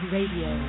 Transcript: Radio